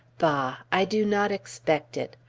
bah! i do not expect it.